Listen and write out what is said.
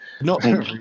No